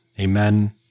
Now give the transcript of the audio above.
Amen